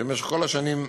שבמשך כל השנים,